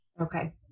okay